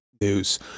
news